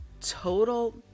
total